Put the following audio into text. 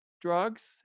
drugs